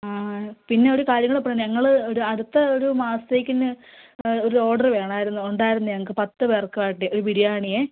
ആ പിന്നെ ഒരു കാര്യം കൂടെ പറയാനാണ് ഞങ്ങൾ ഒരു അടുത്ത ഒരു മാസത്തേക്ക്ന് ഒരു ഓഡറ് വേണമായിരുന്നു ഉണ്ടായിരുന്നു ഞങ്ങൾക്ക് പത്ത് പേർക്ക് വേണ്ടി ഒരു ബിരിയാണിയെ